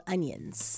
Onions